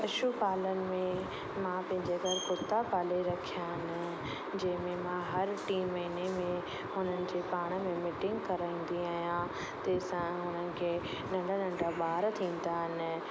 पशु पालन में मां पंहिंजे घर कुत्ता पाले रखिया आहिनि जंहिं में मां हर टीं महिने में हुननि जी पाण में मिटींग कराईंदी आहियां तंहिं सां हुननि खे नन्ढा नन्ढा ॿार थींदा आहिनि